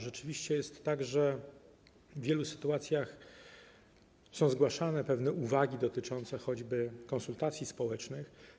Rzeczywiście jest tak, że w wielu sytuacjach zgłaszane są pewne uwagi dotyczące choćby konsultacji społecznych.